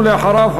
ואחריו,